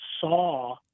saw